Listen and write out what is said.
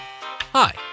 hi